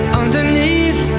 underneath